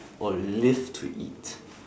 or live to eat